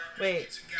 Wait